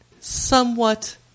Somewhat –